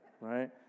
right